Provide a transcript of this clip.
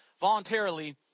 voluntarily